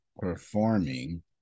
performing